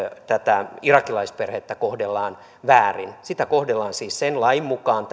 tätä irakilaisperhettä kohdellaan väärin sitä kohdellaan siis tällä hetkellä sen lain mukaan